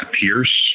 Pierce